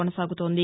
కొనసాగుతోంది